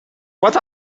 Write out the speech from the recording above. what